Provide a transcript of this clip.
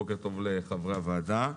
בוקר טוב לחברי הוועדה.